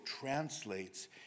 translates